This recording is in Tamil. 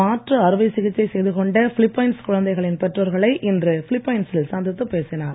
மாற்று அறுவை சிகிச்சை செய்துகொண்ட பிலிப்பைன்ஸ் குழந்தைகளின் பெற்றோர்களை இன்று பிலிப்பைன்சில் சந்தித்துப் பேசினார்